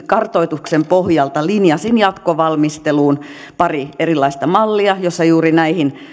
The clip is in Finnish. kartoituksen pohjalta linjasin jatkovalmisteluun pari erilaista mallia joissa juuri näihin